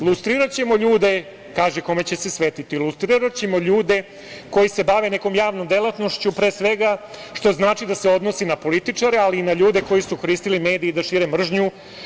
Oligarh Đilas kaže, kaže kome će se svetiti: "Lustriraćemo ljude koji se bave nekom javnom delatnošću, pre svega što znači da se odnosi na političare, ali i na ljude koji su koristile medije da šire mržnju.